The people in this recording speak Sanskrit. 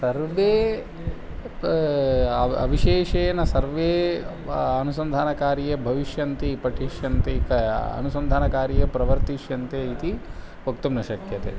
सर्वे अव अविशेषेण सर्वे अनुसन्धानकार्ये भविष्यन्ति पठिष्यन्ति क अनुसन्धानकार्ये प्रवर्तिष्यन्ते इति वक्तुं न शक्यते